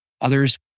Others